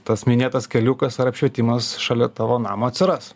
tas minėtas keliukas ar apšvietimas šalia tavo namo atsiras